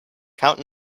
count